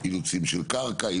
אילוצים של קרקע,